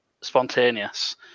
spontaneous